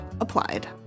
Applied